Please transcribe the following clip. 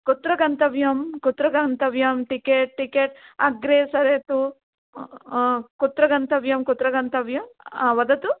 कुत्र गन्तव्यं कुत्र गन्तव्यं टिकेट् टिकेट् अग्रे सरतु कुत्र गन्तव्यं कुत्र गन्तव्यं वदतु